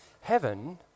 heaven